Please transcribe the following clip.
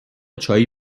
چایی